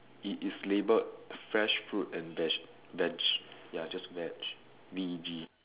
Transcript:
it is labelled fresh fruits and veg veg ya just veg V E G